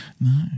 No